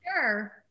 Sure